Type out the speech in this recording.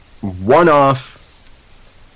one-off